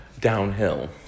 Downhill